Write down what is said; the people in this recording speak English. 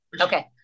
Okay